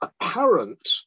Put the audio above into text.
apparent